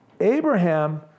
Abraham